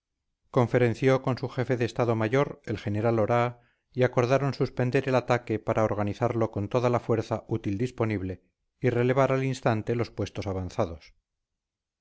conferenció con su jefe de estado mayor el general oraa y acordaron suspender el ataque para organizarlo con toda la fuerza útil disponible y relevar al instante los puestos avanzados